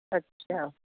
अच्छा